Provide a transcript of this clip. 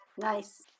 Nice